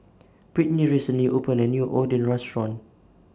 Britney recently opened A New Oden Restaurant